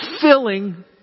filling